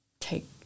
take